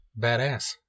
badass